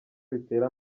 bitera